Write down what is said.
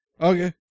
Okay